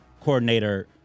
coordinator